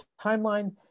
timeline